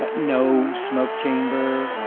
ah no smoke chamber,